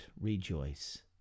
rejoice